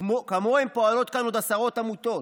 כמוהם פועלות כאן עוד עשרות עמותות.